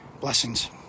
Blessings